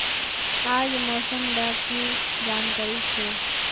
आज मौसम डा की जानकारी छै?